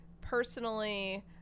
personally